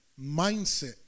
mindset